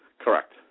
Correct